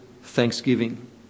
thanksgiving